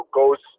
goes